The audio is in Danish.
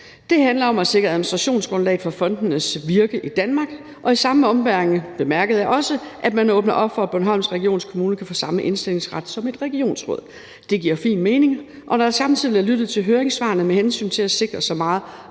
Det handler om at sikre administrationsgrundlaget for fondenes virke i Danmark. I samme ombæring bemærkede jeg også, at man åbner op for, at Bornholms Regionskommune kan få samme indstillingsret som et regionsråd. Det giver fin mening. Og når jeg samtidig har lyttet til høringssvarene med hensyn til at sikre så meget